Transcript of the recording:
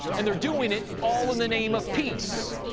and they're doing it all in the name of peace,